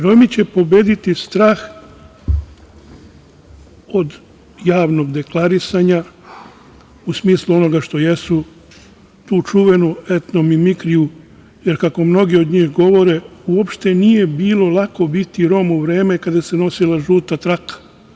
Romi će pobediti strah od javnog deklarisanja u smislu onoga što jesu, tu čuvenu etno mimikriju, jer kako mnogi od njih govore - uopšte nije bilo lako biti Rom u vreme kada se nosila žuta traka.